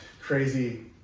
crazy